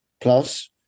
plus